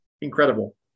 incredible